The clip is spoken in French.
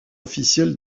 officiel